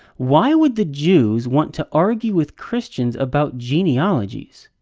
why would the jews want to argue with christians about genealogies?